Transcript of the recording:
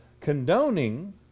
condoning